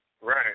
Right